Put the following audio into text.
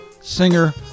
singer